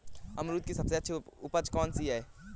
अमरूद की सबसे अच्छी उपज कौन सी है?